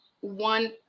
one